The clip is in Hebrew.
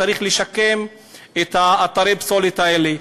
צריך לשקם את אתרי הפסולת האלה.